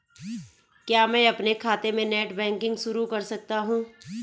क्या मैं अपने खाते में नेट बैंकिंग शुरू कर सकता हूँ?